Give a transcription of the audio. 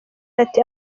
ati